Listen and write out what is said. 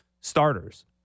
starters